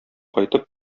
кайтып